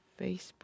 Facebook